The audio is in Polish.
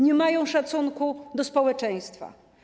Nie mają szacunku do społeczeństwa.